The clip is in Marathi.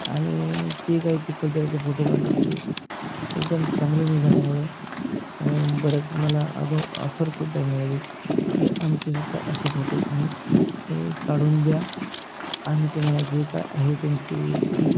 आणि जे काही चिखलदऱ्याचे फोटो काढले ते एकदम चांगले निघाल्यामुळे बऱ्याच मला अधो ऑफरसुद्धा मिळाली की आमचेसुद्धा असे फोटो तुम्ही हे काढून द्या आम्ही तुम्हाला जे काय आहे तुमची फी